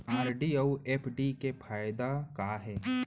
RD अऊ FD के फायेदा का हे?